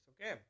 okay